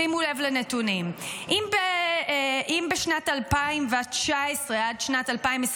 שימו לב לנתונים: אם בשנת 2019 עד שנת 2021